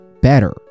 better